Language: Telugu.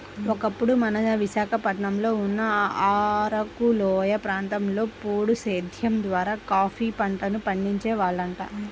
ఒకప్పుడు మన విశాఖపట్నంలో ఉన్న అరకులోయ ప్రాంతంలో పోడు సేద్దెం ద్వారా కాపీ పంటను పండించే వాళ్లంట